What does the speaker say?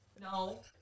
No